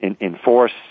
enforce